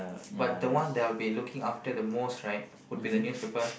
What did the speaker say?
but the one that I will be looking forward to the most right would be the newspaper